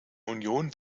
union